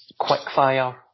quickfire